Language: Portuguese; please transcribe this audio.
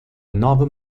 nova